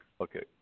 Okay